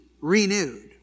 renewed